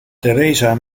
theresa